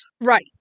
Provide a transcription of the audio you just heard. Right